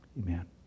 Amen